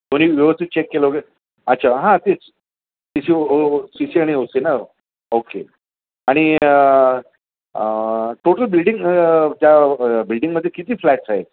तुम्ही व्यवस्थित चेक केलं वगैरे अच्छा हा तेच C C O C C आणि ओ सी ना ओके आणि टोटल बिल्डिंग त्या बिल्डिंगमध्ये किती फ्लॅट्स आहेत